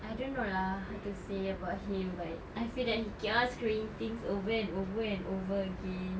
I don't know lah how to say about him but I feel that he keeps on screwing things over and over and over again